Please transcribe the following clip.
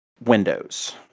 Windows